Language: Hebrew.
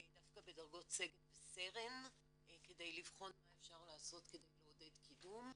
דווקא בדרגות סגן וסרן כדי לבחון מה אפשר לעשות כדי לעודד קידום,